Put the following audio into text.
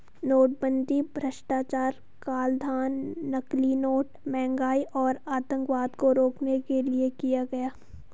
नोटबंदी भ्रष्टाचार, कालाधन, नकली नोट, महंगाई और आतंकवाद को रोकने के लिए किया गया